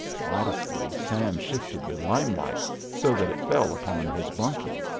modestly sam shifted the limelight so that it fell upon his bunkie.